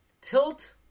Tilt